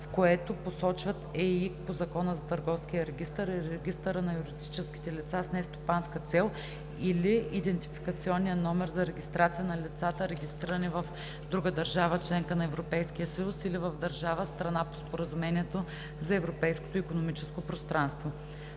„в което посочват ЕИК по Закона за търговския регистър и регистъра на юридическите лица с нестопанска цел или идентификационния номер за регистрация на лицата, регистрирани в друга държава – членка на Европейския съюз, или в държава – страна по Споразумението за Европейското икономическо пространство“.“